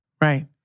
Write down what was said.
Right